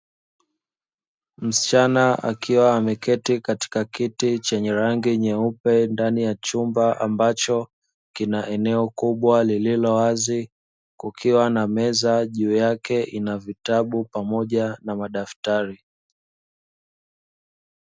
Msichana akiwa ameketi katika kiti chenye rangi nyeupe, ndani ya chumba ambacho kina eneo kubwa lililowazi, kukiwa na meza juu yake ina vitabu pamoja na madaftari.